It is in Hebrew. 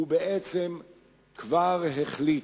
הוא בעצם כבר החליט.